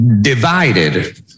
divided